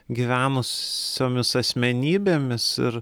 gyvenusiomis asmenybėmis ir